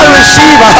receive